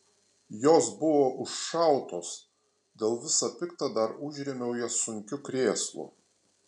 jos buvo užšautos dėl visa pikta dar užrėmiau jas sunkiu krėslu